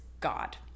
god